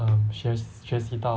um 学学习到